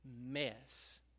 mess